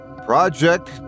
Project